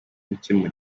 gukemura